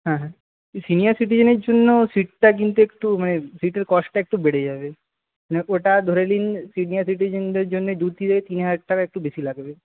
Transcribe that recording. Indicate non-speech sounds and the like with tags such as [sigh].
হ্যাঁ হ্যাঁ সিনিয়ার সিটিজেনের জন্য সীটটা কিন্তু একটু মানে সীটের কস্টটা একটু বেড়ে যাবে [unintelligible] ওটা ধরে লিন সিনিয়ার সিটিজেনদের জন্যে দু থেকে তিন হাজার টাকা একটু বেশি লাগবে